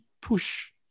push